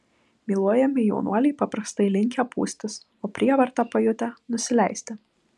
myluojami jaunuoliai paprastai linkę pūstis o prievartą pajutę nusileisti